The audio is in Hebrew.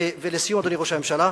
לסיום, אדוני ראש הממשלה,